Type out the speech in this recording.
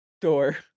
door